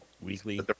weekly